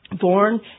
born